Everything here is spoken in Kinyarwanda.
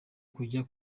kujya